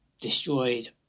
destroyed